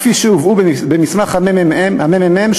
כפי שהובאו במסמך הממ"מ,